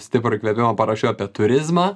stiprų įkvėpimą parašiau apie turizmą